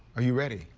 are you ready.